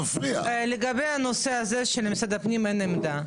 לגבי הנושא הזה שלמשרד הפנים אין עמדה.